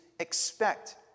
Expect